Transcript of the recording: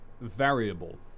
variable